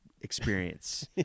experience